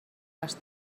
les